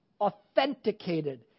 authenticated